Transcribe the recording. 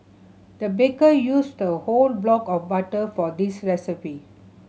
the baker used a whole block of butter for this recipe